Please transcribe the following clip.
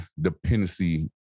dependency